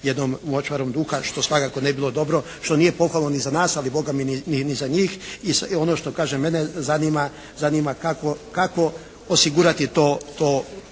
jednom močvarom duha što svakako ne bi bilo dobro, što nije pohvalno za nas, ali Bogami ni za njih. I ono što kažem, mene zanima kako osigurati to